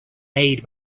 made